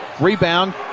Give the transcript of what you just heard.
Rebound